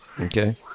Okay